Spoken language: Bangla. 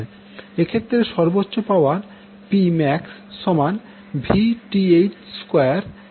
এক্ষেত্রে সর্বচ্চো পাওয়ার Pmax সমান Vth2 8Rth হবে